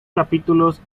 capítulos